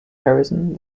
harrison